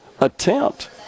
attempt